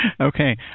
Okay